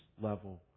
level